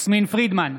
יסמין פרידמן,